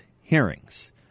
hearings